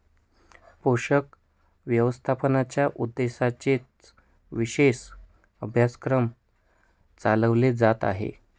पोषक व्यवस्थापनाच्या उद्देशानेच विशेष अभ्यासक्रम चालवला जात आहे